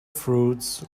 fruits